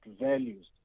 values